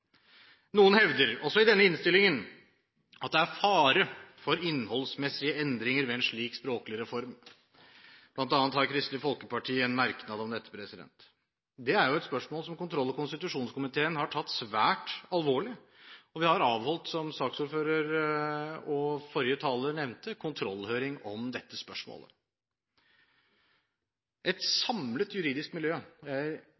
Noen hevder, også i denne innstillingen, at det er fare for innholdsmessige endringer ved en slik språklig reform – bl.a. har Kristelig Folkeparti en merknad om dette. Det er et spørsmål som kontroll- og konstitusjonskomiteen har tatt svært alvorlig, og vi har, som saksordføreren og forrige taler nevnte, avholdt kontrollhøring om dette spørsmålet.